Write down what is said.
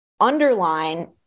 underline